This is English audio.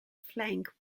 flank